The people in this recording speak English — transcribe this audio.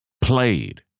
played